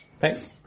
Thanks